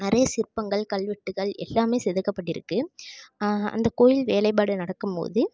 நிறைய சிற்பங்கள் கல்வெட்டுகள் எல்லாமே செதுக்கப்பட்டிருக்குது அந்த கோயில் வேலைபாடு நடக்கம்போது